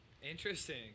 Interesting